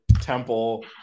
Temple